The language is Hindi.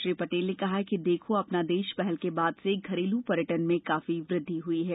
श्री पटेल ने कहा कि देखो अपना देश पहल के बाद से घरेलू पर्यटन में काफी वृद्धि हुई है